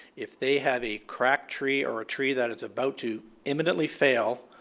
if they have a cracked tree or a tree that is about to imminently fail,